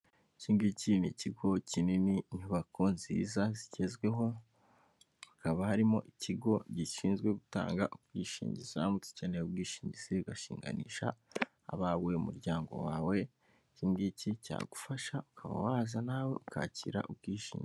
Iki ngiki ni ikigo kinini; inyubako nziza zigezweho, hakaba harimo ikigo gishinzwe gutanga ubwishingi, uramutse ukeneye ubwishingizi; ugashinganisha abawe, umuryango wawe iki ngiki cyagufasha ukaba waza nawe ukakira ubwishingizi